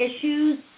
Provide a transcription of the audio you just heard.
issues